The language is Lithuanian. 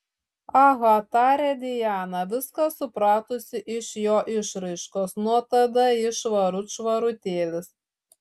aha tarė diana viską supratusi iš jo išraiškos nuo tada jis švarut švarutėlis